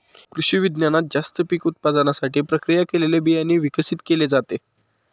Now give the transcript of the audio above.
कृषिविज्ञानात जास्त पीक उत्पादनासाठी प्रक्रिया केलेले बियाणे विकसित केले जाते